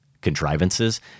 contrivances